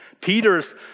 Peter's